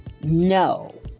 no